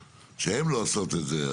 שהן לא עושות את זה.